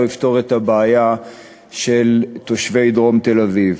יפתור את הבעיה של תושבי דרום תל-אביב.